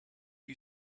you